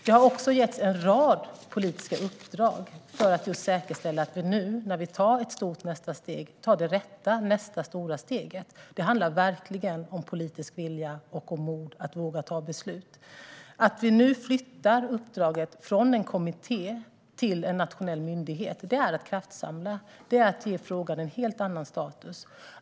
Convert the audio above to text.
Det har också getts en rad politiska uppdrag för att just säkerställa att vi nu när vi tar ett stort nästa steg tar det rätta stora steget. Det handlar verkligen om politisk vilja och om mod att våga ta beslut. Svar på interpellationer Att vi nu flyttar uppdraget från en kommitté till en nationell myndighet är att kraftsamla. Det är att ge frågan en helt annan status.